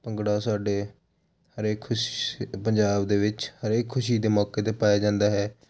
ਭੰਗੜਾ ਸਾਡੇ ਹਰੇਕ ਖੁਸ਼ ਪੰਜਾਬ ਦੇ ਵਿੱਚ ਹਰੇਕ ਖੁਸ਼ੀ ਪੰਜਾਬ ਦੇ ਵਿੱਚ ਹਰੇਕ ਖੁਸ਼ੀ ਦੇ ਮੌਕੇ 'ਤੇ ਪਾਇਆ ਜਾਂਦਾ ਹੈ